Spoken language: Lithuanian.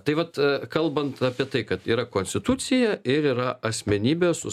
taip vat kalbant apie tai kad yra konstitucija ir yra asmenybė su